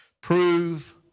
Prove